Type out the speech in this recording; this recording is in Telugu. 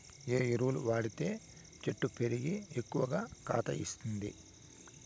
ఏ ఎరువులు వాడితే చెట్టు పెరిగి ఎక్కువగా కాత ఇస్తుంది?